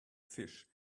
fish